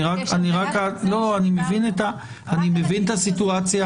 אני מבין את הסיטואציה.